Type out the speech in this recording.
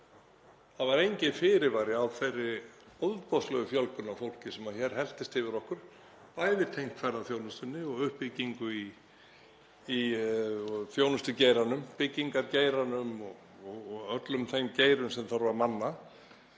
Það var enginn fyrirvari á þeirri ofboðslegu fjölgun á fólki sem hér helltist yfir okkur, bæði tengt ferðaþjónustunni og uppbyggingu í þjónustugeiranum, byggingargeiranum og öllum þeim geirum sem þarf að manna.